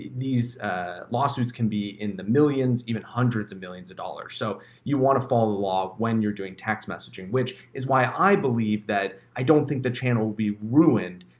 these lawsuits can be in the millions, even hundreds of millions of dollars. so, you want to follow the law when you're doing text messaging, which is why i believe that i don't think the channel will be ruined.